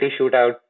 shootout